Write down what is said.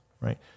right